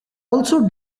also